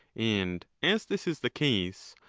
and as this is the case,